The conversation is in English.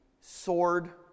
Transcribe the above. sword